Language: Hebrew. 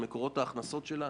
להסתכל על מקורות ההכנסה שלה.